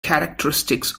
characteristics